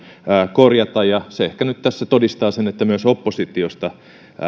korjata ja se ehkä nyt tässä todistaa sen että myös oppositiosta